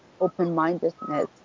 open-mindedness